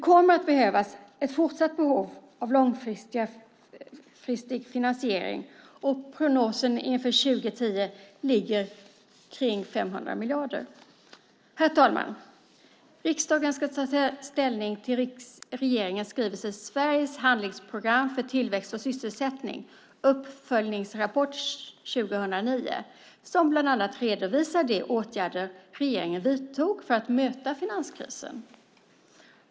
Fortsatt kommer en långfristig finansiering att behövas. Prognosen inför år 2010 är runt 500 miljarder kronor. Herr talman! Riksdagen ska ta ställning till regeringens skrivelse Sveriges handlingsprogram för tillväxt och sysselsättning - uppföljningsrapport 2009 där bland annat de åtgärder redovisas som regeringen vidtog för att möta finanskrisen.